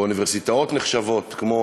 באוניברסיטאות נחשבות כמו